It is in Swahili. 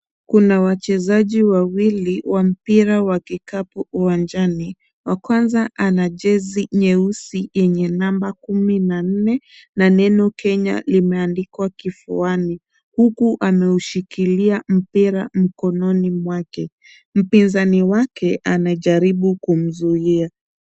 Kuna wachezaji wawili wa mpira wa kikapu uwanjani, wa kwanza ana jezi nyeusi yenye number kumi na nne na neno Kenya limendikwa kifuani, huku ameushikilia mpira mkononi mwake. Mpinzani wake anajaribu kumzuia.